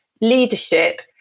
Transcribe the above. leadership